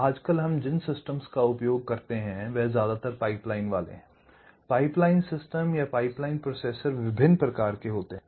आज कल हम जिन सिस्टम्स का इस्तेमाल करते हे वो ज्यादातर पाइपलाइन वाले हैं पाइपलाइन सिस्टम pileline system या पाइपलाइन प्रोसेसर विभिन्न प्रकार के होते हैं